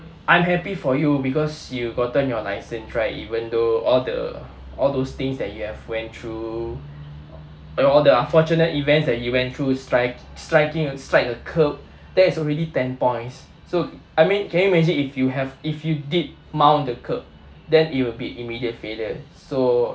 I'm happy for you because you gotten your license right even though all the all those things that you have went through all the unfortunate events that you went through strike striking a strike a curb that is already ten points so I mean can you imagine if you have if you did mount the curb then it will be immediate failure so